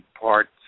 parts